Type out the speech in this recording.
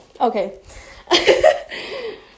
Okay